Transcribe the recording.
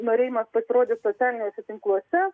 norėjimas pasirodyt socialiniuose tinkluose